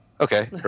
okay